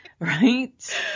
Right